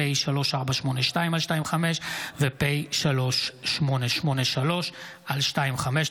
פ/3482/25 ופ/3883/25.